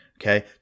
Okay